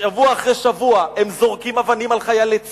שבוע אחרי שבוע הם זורקים אבנים על חיילי צה"ל,